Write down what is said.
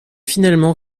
finalement